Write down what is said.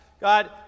God